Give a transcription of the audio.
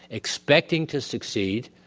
expecting to succeed,